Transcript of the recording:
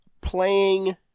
playing